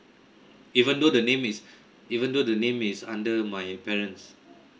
even though the name is even though the name is under my parents